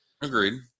agreed